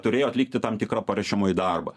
turėjo atlikti tam tikrą paruošiamąjį darbą